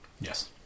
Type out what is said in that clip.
Yes